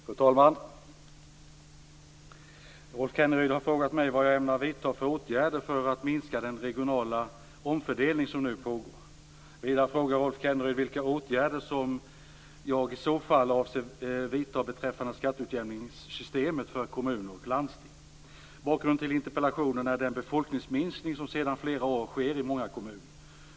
Fru talman! Rolf Kenneryd har frågat mig vad jag ämnar vidta för åtgärder för att minska den regionala omfördelning som nu pågår. Vidare frågar Rolf Kenneryd vilka åtgärder som jag i så fall avser att vidta beträffande skatteutjämningssystemet för kommuner och landsting. Bakgrunden till interpellationen är den befolkningsminskning som sedan flera år sker i många kommuner.